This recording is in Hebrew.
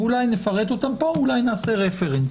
אולי נפרט אותם פה, ואולי ניתן רפרנס.